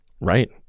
Right